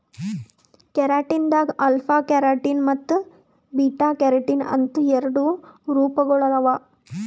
keratin ದಾಗ್ alpha keratin ಮತ್ತ್ beta keratin ಅಂತ್ ಎರಡು ರೂಪಗೊಳ್ ಅವಾ